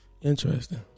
Interesting